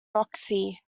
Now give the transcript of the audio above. roxy